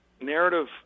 narrative